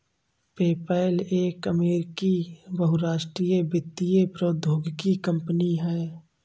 PayPal एक अमेरिकी बहुराष्ट्रीय वित्तीय प्रौद्योगिकी कंपनी है